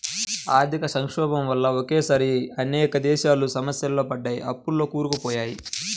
ఆర్థిక సంక్షోభం వల్ల ఒకేసారి అనేక దేశాలు సమస్యల్లో పడ్డాయి, అప్పుల్లో కూరుకుపోయారు